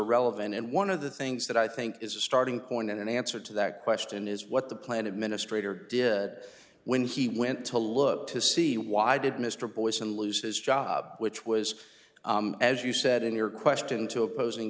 relevant and one of the things that i think is a starting point in an answer to that question is what the plan administrator did when he went to look to see why did mr boies and lose his job which was as you said in your question to opposing